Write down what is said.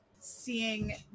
seeing